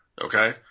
Okay